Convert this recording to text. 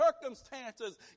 circumstances